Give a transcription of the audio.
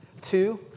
Two